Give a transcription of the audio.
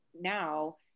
now